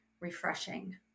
refreshing